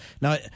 now